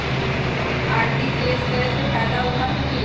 RTGS करे से की फायदा उठा सकीला?